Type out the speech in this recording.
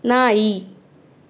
ನಾಯಿ